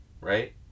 right